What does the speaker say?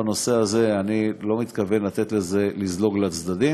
אז בנושא הזה אני לא מתכוון לתת לזה לזלוג לצדדים.